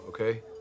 okay